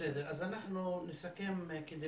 אנחנו ניקח את התייחסותך ואז נסכם את הישיבה.